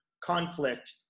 conflict